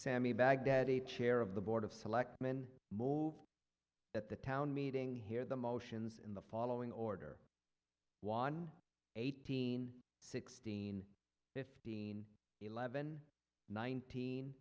sammy baghdadi chair of the board of selectmen morrow at the town meeting here the motions in the following order one eighteen sixteen fifteen eleven nineteen